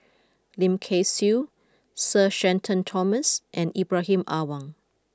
Lim Kay Siu Sir Shenton Thomas and Ibrahim Awang